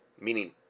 meaning